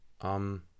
Um